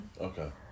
Okay